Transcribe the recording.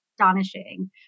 astonishing